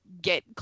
get